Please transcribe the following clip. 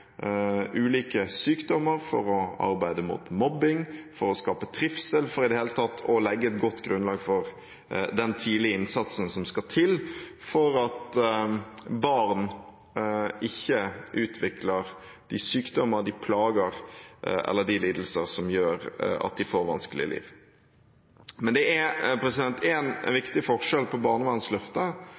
ulike sykdommer, for å arbeide mot mobbing, for å skape trivsel og for i det hele tatt å legge et godt grunnlag for den tidlige innsatsen som skal til for at barn ikke utvikler sykdommer, plager eller lidelser som gjør at de får vanskelige liv. Men det er en viktig forskjell på barnevernsløftet